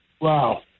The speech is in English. Wow